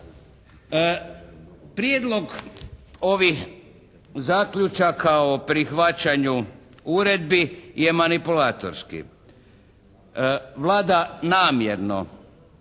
Prijedlog ovih zaključaka o prihvaćanju uredbi je manipulatorski. Vlada namjerno